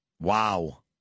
Wow